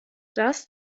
das